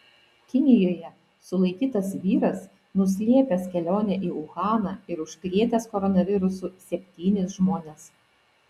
kinijoje sulaikytas vyras nuslėpęs kelionę į uhaną ir užkrėtęs koronavirusu septynis žmones